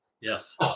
Yes